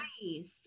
nice